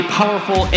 powerful